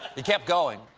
he kept going,